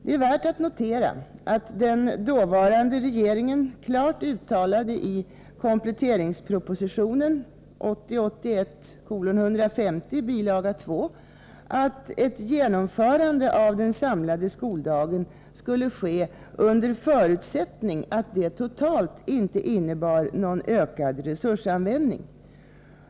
Det är värt att notera att den dåvarande regeringen klart uttalade i kompletteringspropositionen 1980/81:150, bil. 2, att ett genomförande av den samlade skoldagen skulle ske under förutsättning att det totalt inte innebar någon utökad resursanvändning.